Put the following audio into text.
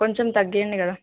కొంచెం తగ్గియ్యండి కదా